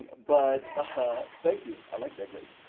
but thank you, i like that grace.